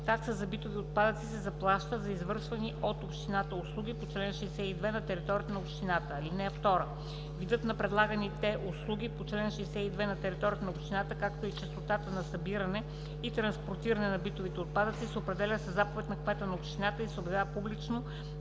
Такса за битови отпадъци се заплаща за извършвани от общината услуги по чл. 62 на територията на общината. (2) Видът на предлаганите услуги по чл. 62 на територията на общината, както и честотата на събиране и транспортиране на битовите отпадъци, се определят със заповед на кмета на общината и се обявяват публично